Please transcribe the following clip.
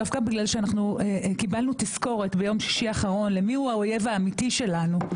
דווקא בגלל שקיבלנו תזכורת ביום שישי האחרון מי הוא האויב האמיתי שלנו,